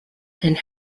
and